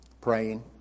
Praying